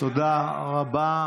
תודה רבה.